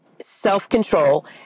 self-control